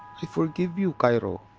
i forgive you, cairo.